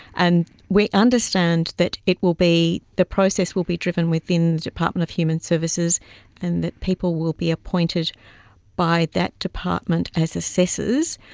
and we understand that it will be, the process will be driven within the department of human services and that people will be appointed by that department as assessors.